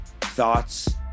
thoughts